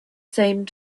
same